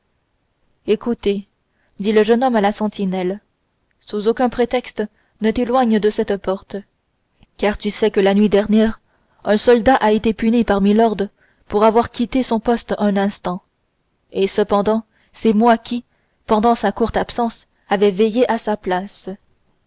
écoutez dit le jeune homme à la sentinelle sous aucun prétexte ne t'éloigne de cette porte car tu sais que la nuit dernière un soldat a été puni par milord pour avoir quitté son poste un instant et cependant c'est moi qui pendant sa courte absence avais veillé à sa place